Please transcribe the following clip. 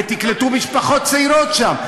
ותקלטו משפחות צעירות שם.